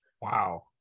Wow